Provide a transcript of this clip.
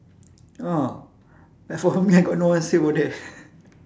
oh as for me I got no one say about that